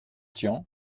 tian